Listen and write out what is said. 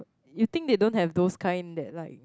you think they don't have those kind that like